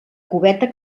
cubeta